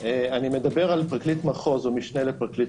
אני מדבר על פרקליט מחוז או משנה לפרקליט